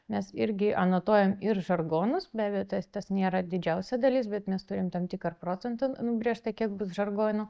mes irgi anotuojam ir žargonus be abejo tas tas nėra didžiausia dalis bet mes turim tam tikrą procentą nubrėžtą kiek bus žargonų